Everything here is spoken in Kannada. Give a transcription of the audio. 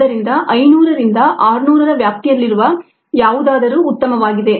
ಆದ್ದರಿಂದ 500 ರಿಂದ 600 ರ ವ್ಯಾಪ್ತಿಯಲ್ಲಿರುವ ಯಾವುದಾದರೂ ಉತ್ತಮವಾಗಿವೆ